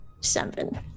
Seven